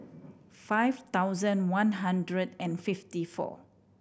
five thousand one hundred and fifty four